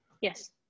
Yes